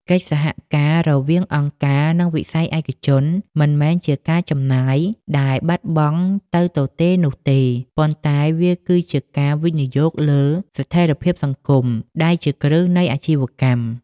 កិច្ចសហការរវាងអង្គការ និងវិស័យឯកជន មិនមែនជាការចំណាយដែលបាត់បង់ទៅទទេនោះទេ ប៉ុន្តែវាគឺជាការវិនិយោគលើ "ស្ថិរភាពសង្គម" ដែលជាគ្រឹះនៃអាជីវកម្ម។